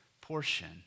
portion